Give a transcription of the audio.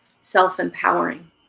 self-empowering